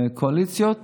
קואליציות